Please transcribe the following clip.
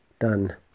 done